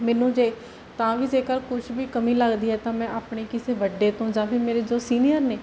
ਮੈਨੂੰ ਜੇ ਤਾਂ ਵੀ ਜੇਕਰ ਕੁਛ ਵੀ ਕਮੀ ਲੱਗਦੀ ਹੈ ਤਾਂ ਮੈਂ ਆਪਣੇ ਕਿਸੇ ਵੱਡੇ ਤੋਂ ਜਾਂ ਫਿਰ ਮੇਰੇ ਜੋ ਸੀਨੀਅਰ ਨੇ